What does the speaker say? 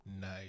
Nice